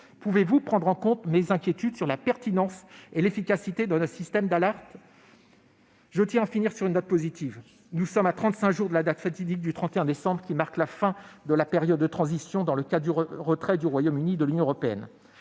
Pouvez-vous prendre en compte mes inquiétudes sur la pertinence et l'efficacité de notre système d'alerte ? Je tiens à finir par une note positive, monsieur le ministre. Nous sommes à trente-cinq jours de la date fatidique du 31 décembre 2020, qui marquera la fin de la période de transition du retrait du Royaume-Uni de l'Union européenne,